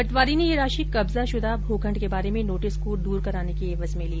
पटवारी ने ये राशि कब्जाशुदा भूखंड के बारे में नोटिस को दूर कराने की एवज में ली थी